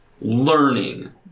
learning